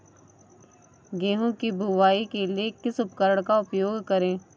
गेहूँ की बुवाई के लिए किस उपकरण का उपयोग करें?